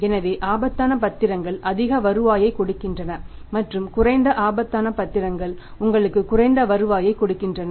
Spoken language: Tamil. எனவே ஆபத்தான பத்திரங்கள் அதிக வருவாயைக் கொடுக்கின்றன மற்றும் குறைந்த ஆபத்தான பத்திரங்கள் உங்களுக்கு குறைந்த வருவாயைக் கொடுக்கின்றன